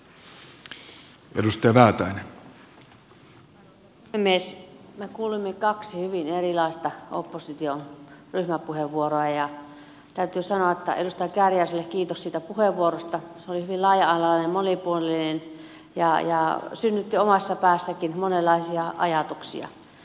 me kuulimme kaksi hyvin erilaista opposition ryhmäpuheenvuoroa ja täytyy sanoa että edustaja kääriäiselle kiitos siitä puheenvuorosta se oli hyvin laaja alainen monipuolinen ja synnytti omassa päässänikin monenlaisia ajatuksia